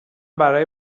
برای